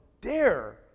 dare